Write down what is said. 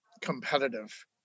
competitive